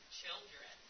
children